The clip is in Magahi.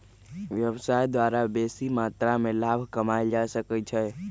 व्यवसाय द्वारा बेशी मत्रा में लाभ कमायल जा सकइ छै